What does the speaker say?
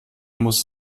muss